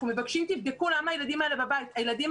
אנחנו מבקשים, תבדקו למה הילדים האלה בבית.